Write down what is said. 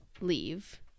leave